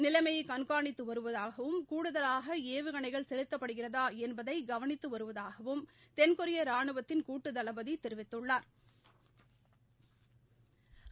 நிலைமையை கண்காணித்து வருவதாகவும் கூடுதலாக ஏவுகணைகள் செலுத்தப்படுகிறதா என்பதை கவனித்து வருவதாகவும் தென்கொரிய ரானுவத்தின் கூட்டு தளபதி தெரிவித்துள்ளாா்